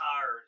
tired